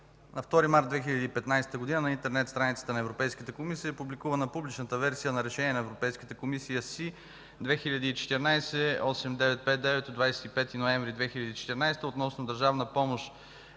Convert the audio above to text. на 2 март 2015 г. на интернет страницата на Европейската комисия е публикувана публичната версия на Решение на Европейската комисия № СИ-2014/8959 от 25 ноември 2014 г., относно Държавна помощ